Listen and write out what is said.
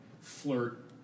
flirt